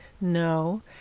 No